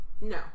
No